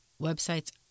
websites